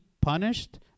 punished